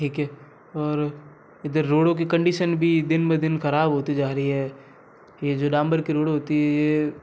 ठीक है और इधर रोडों की कंडीशन भी दिन पर दिन खराब होती जा रही है ये जो डांमर की रोड होती है ये